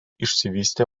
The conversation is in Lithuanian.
išsivystė